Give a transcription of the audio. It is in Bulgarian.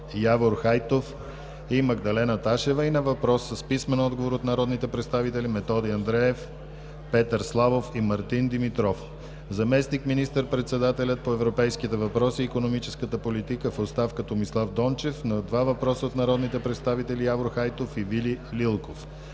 Хайтов, и Магдалена Ташева, и на въпрос с писмен отговор от народните представители Методи Андреев, Петър Славов и Мартин Димитров, - заместник министър-председателят по европейските фондове и икономическата политика в оставка Томислав Дончев – на два въпроса от народните представители Явор Хайтов, и Вили Лилков,